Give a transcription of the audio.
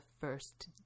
first